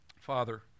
Father